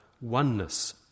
oneness